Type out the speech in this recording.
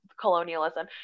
colonialism